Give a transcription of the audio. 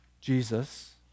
Jesus